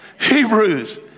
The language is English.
Hebrews